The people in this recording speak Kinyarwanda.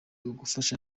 ugufasha